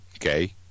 okay